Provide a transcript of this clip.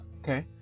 Okay